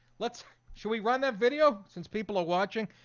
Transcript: let's should we run that video since people are watching.